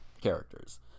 characters